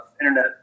internet